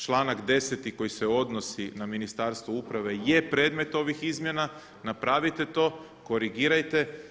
Članak 10. koji se odnosi na Ministarstvo uprave je predmet ovih izmjena, napravite to, korigirajte.